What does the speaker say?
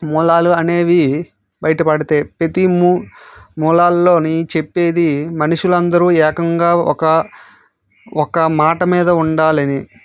మూలాలు అనేవి బయటపడతాయి ప్రతి మూలాలలో చెప్పేది మనుషులు అందరు ఏకంగా ఒక ఒక మాట మీద ఉండాలని